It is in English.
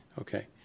Okay